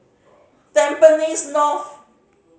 Tampines North